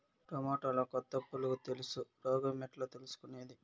టమోటాలో కొత్త పులుగు తెలుసు రోగం ఎట్లా తెలుసుకునేది?